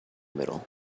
middle